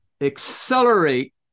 accelerate